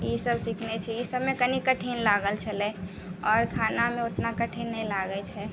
ईसब सीखने छी ईसब मे कनी कठिन लागल छलै आओर खाना मे उतना कठिन नहि लागै छै